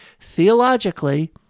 theologically